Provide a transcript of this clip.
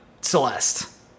Celeste